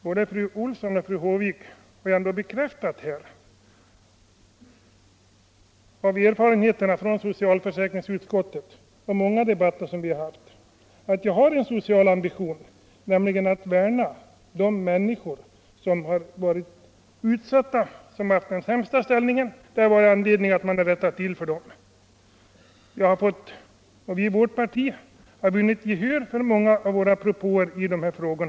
Både herr Olsson i Stockholm och fru Håvik har ändå av erfarenheter från socialförsäkringsutskottet och från många debatter som vi har haft fått bekräftelse på att jag har en social ambition, nämligen att värna om de vardagslivets människor som med sina arbetsinsatser bär upp vårt samhälle och bättra på förhållandena för dem. Vi i vårt parti har vunnit gehör för många av våra propåer i dessa frågor.